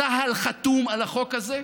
צה"ל חתום על החוק הזה,